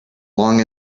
long